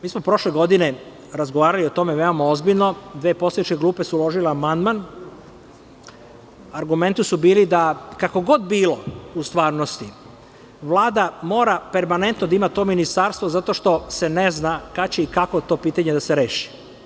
Mi smo prošle godine razgovarali o tome veoma ozbiljno, dve poslaničke grupe su uložile amandman, argumenti su bili da kako god bilo u stvarnosti Vlada mora permanentno da ima to ministarstvo zato što se ne zna kako će to pitanje da se reši.